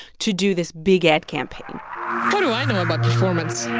to do this big ad campaign what do i know about performance?